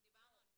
דיברנו על זה.